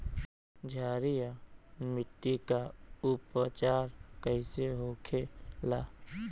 क्षारीय मिट्टी का उपचार कैसे होखे ला?